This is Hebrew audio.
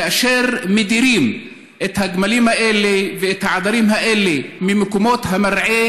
כאשר מדירים את הגמלים האלה ואת העדרים האלה ממקומות המרעה